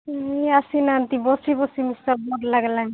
ସେ ଆସିନାହାନ୍ତି ବସି ବସି ଭୀଷଣ ବୋର୍ ଲାଗ୍ଲାନି